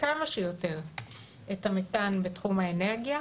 כמה שיותר את המתאן בתחום האנרגיה,